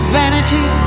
vanity